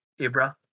Ibra